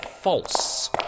False